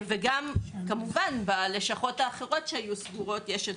וגם כמובן בלשכות האחרות שהיו סגורות יש את